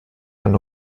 eine